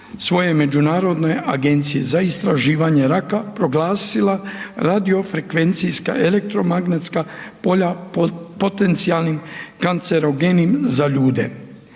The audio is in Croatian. svoje Međunarodne agencije za istraživanje raka proglasila radio frekvencijska, elektromagnetska polja potencijalnim kancerogenim za ljude.